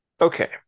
Okay